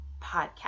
podcast